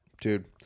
Dude